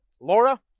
Laura